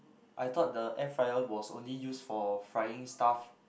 I thought the air fryer was only use for frying stuff